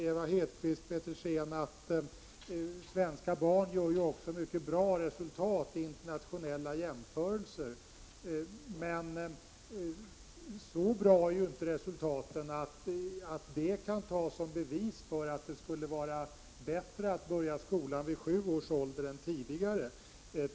Ewa Hedkvist Petersen säger att svenska barn gör mycket bra resultat i internationella jämförelser, men så bra är inte resultaten att detta kan tas som bevis för att det skulle vara bättre att börja skolan vid sju års ålder än tidigare.